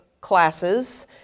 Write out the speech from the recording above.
classes